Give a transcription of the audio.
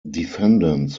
defendants